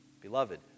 Beloved